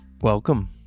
Welcome